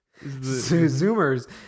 Zoomers